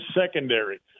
secondary